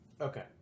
Okay